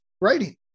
writing